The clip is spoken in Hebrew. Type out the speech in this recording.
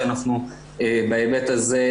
שאנחנו בהיבט הזה,